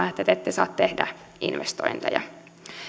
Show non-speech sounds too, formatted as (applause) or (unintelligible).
(unintelligible) että te te ette saa tehdä investointeja